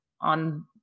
on